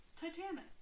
Titanic